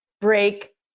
break